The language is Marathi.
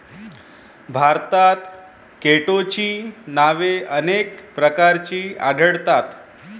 भारतात केटोची नावे अनेक प्रकारची आढळतात